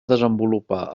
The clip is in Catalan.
desenvolupar